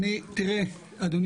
אדוני